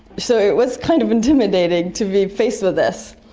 so it was kind of intimidating to be faced with this,